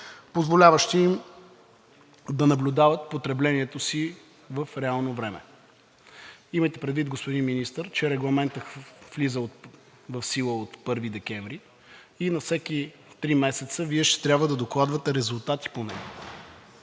позволяващи им да наблюдават потреблението си в реално време? Имайте предвид, господин Министър, че Регламентът влиза в сила от 1 декември и на всеки три месеца Вие ще трябва да докладвате резултати по него,